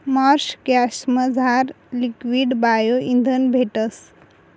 Marsh गॅसमझार liquid bio इंधन भेटस